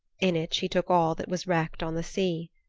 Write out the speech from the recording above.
in it she took all that was wrecked on the sea.